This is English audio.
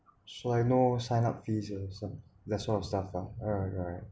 so I know sign up fees uh some that sort of stuff ah alright alright